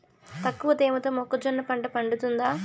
తక్కువ తేమతో మొక్కజొన్న పంట పండుతుందా?